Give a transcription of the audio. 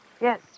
Yes